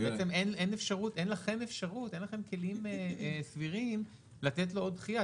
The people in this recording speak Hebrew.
אין לכם כלים סבירים לתת לו עוד דחיה,